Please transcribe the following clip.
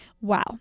wow